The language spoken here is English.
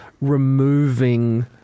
removing